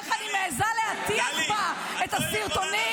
איך אני מעיזה להטיח בה את הסרטונים.